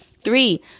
Three